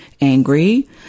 angry